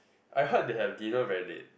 I heard they had dinner very late